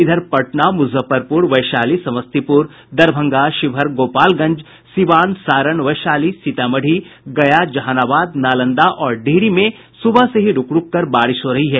इधर पटना मुजफ्फरपुर वैशाली समस्तीपुर दरभंगा शिवहर गोपालगंज सिवान सारण वैशाली सीतामढी गया जहानाबाद नालंदा और डिहरी में सुबह से ही रूक रूक कर बारिश हो रही है